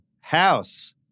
House